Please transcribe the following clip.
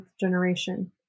generation